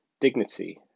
dignity